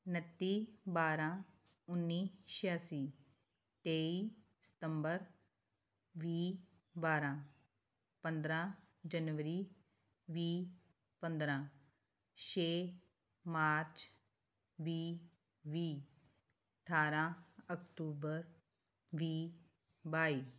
ਉਨੱਤੀ ਬਾਰਾਂ ਉੱਨੀ ਛਿਆਸੀ ਤੇਈ ਸਤੰਬਰ ਵੀਹ ਬਾਰਾਂ ਪੰਦਰਾਂ ਜਨਵਰੀ ਵੀਹ ਪੰਦਰਾਂ ਛੇ ਮਾਰਚ ਵੀਹ ਵੀਹ ਅਠਾਰਾਂ ਅਕਤੂਬਰ ਵੀਹ ਬਾਈ